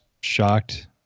shocked